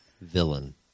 villain